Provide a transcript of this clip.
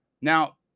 Now